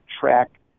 track